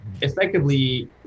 effectively